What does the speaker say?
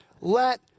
Let